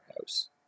house